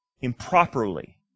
improperly